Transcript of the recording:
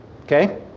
Okay